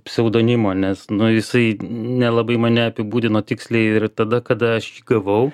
pseudonimo nes nu jisai nelabai mane apibūdino tiksliai ir tada kada aš jį gavau